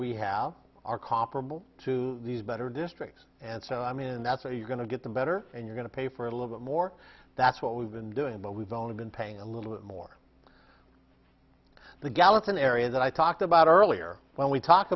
we have are comparable to these better districts and so i mean that's where you're going to get them better and you're going to pay for a little bit more that's what we've been doing but we've only been paying a little bit more the gallatin area that i talked about earlier when we talk